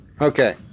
Okay